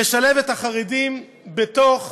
לשלב את החרדים בתוך